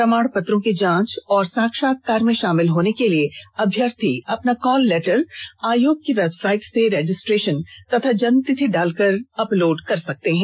प्रमाणपत्रों की जांच तथा साक्षात्कार में शामिल होने के लिए अभ्यर्थी अपना कॉल लेटर आयोग की वेबसाइट से रजिस्ट्रेशन तथा जन्मतिथि डालकर अपलोड कर सकते हैं